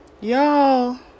y'all